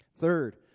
third